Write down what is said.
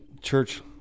church